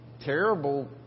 terrible